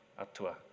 atua